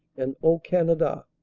and o canada.